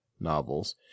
novels